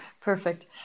Perfect